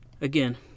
again